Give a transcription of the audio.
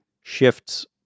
shifts